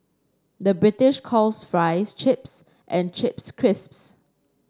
the British calls fries chips and chips crisps